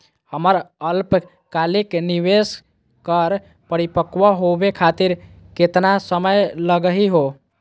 हमर अल्पकालिक निवेस क परिपक्व होवे खातिर केतना समय लगही हो?